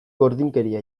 gordinkeria